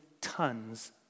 tons